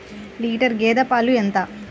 Litre గేదె పాలు ఎంత?